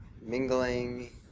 mingling